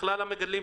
משרד החקלאות,